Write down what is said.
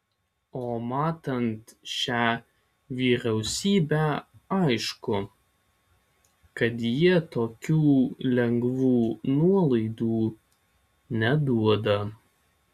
o matant šią vyriausybę aišku kad jie tokių lengvų nuolaidų neduoda